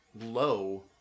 low